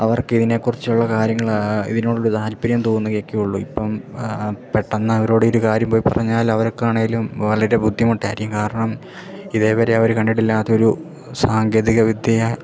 അവർക്ക് ഇതിനെക്കുറിച്ചുള്ള കാര്യങ്ങൾ ഇതിനോടൊരു താൽപ്പര്യം തോന്നുകയൊക്കെയുള്ളൂ ഇപ്പം പെട്ടെന്ന് അവരോടൊരു കാര്യം പോയി പറഞ്ഞാൽ അവർക്കാണെങ്കിലും വളരെ ബുദ്ധിമുട്ടായിരിക്കും കാരണം ഇതേവരെ അവർ കണ്ടിട്ടില്ലാത്തൊരു സാങ്കേതികവിദ്യ